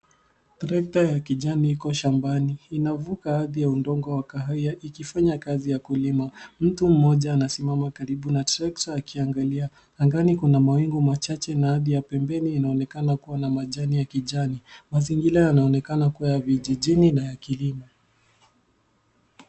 Trekta ya kijani iko shambani. Inavuka ardhi ya udongo wa kahawia ikifanya kazi ya kulima. Mtu mmoja anasimama karibu na trekta akiangalia. Angani kuna mawingu machache na ardhi ya pembeni inaonekana kuwa na majani ya kijani. Mazingira yanaonekana kuwa ya vijijini na ya kilimo.